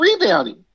rebounding